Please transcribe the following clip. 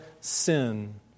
sin